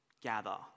gather